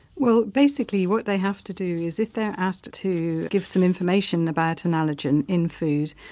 well basically, what they have to do is if they're asked to to give some information about an allergen in food,